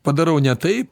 padarau ne taip